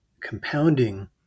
compounding